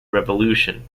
revolution